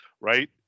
right